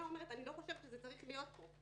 אומרת שאני לא חושבת שזה צריך להיות פה,